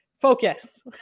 focus